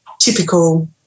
typical